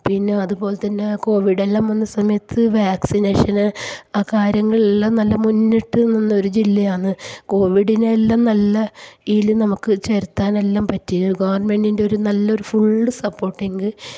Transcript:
പിന്നെ അതുപോലെ തന്നെ കോവിഡെല്ലാം വന്ന സമയത്ത് വാക്സിനേഷൻ ആ കാര്യങ്ങളെല്ലാം നല്ല മുന്നിട്ട് നിന്ന ഒരു ജില്ലയാണ് കോവിഡിനെല്ലാം നല്ല ഇതിൽ നമുക്ക് ചേർക്കാനുമെല്ലാം പറ്റി ഗവൺമെൻ്റിൻ്റെ ഒരു നല്ലൊരു ഫുള്ള് സപ്പോർട്ട്ഇങ്